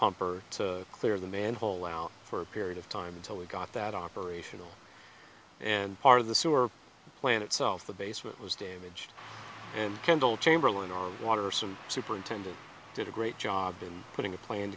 pump or to clear the manhole out for a period of time until we got that operational and part of the sewer plant itself the basement was damaged and kendall chamberlain our water some superintendent did a great job in putting a plan